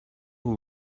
were